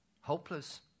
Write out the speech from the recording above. hopeless